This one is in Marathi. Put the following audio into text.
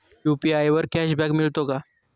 यु.पी.आय वर कॅशबॅक मिळतो का?